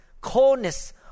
coldness